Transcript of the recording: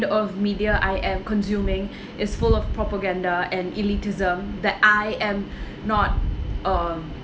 of media I am consuming is full of propaganda and elitism that I am not um